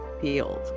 field